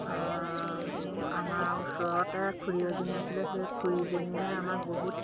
আমাৰ ওচৰতে খুৰী এজনী আছিলে সেই খুৰীজনীয়ে আমাক বহুত